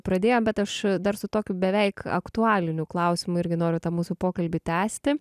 pradėjom bet aš dar su tokiu beveik aktualiniu klausimu irgi noriu tą mūsų pokalbį tęsti